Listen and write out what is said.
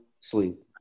sleep